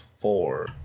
four